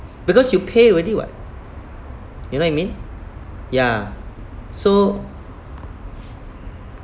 because you pay already [what] you know what I mean ya so